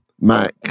Mac